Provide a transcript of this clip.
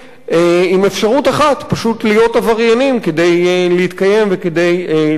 עם אפשרות אחת: פשוט להיות עבריינים כדי להתקיים וכדי לחיות.